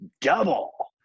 double